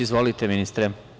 Izvolite, ministre.